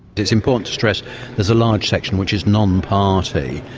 it's important to stress there's a large section which is non-party.